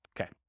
Okay